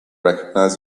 recognize